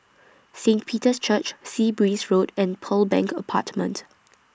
Saint Peter's Church Sea Breeze Road and Pearl Bank Apartment